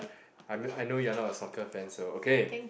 I kn~ I know you are not a soccer fan so okay